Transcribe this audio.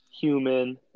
human